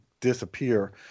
disappear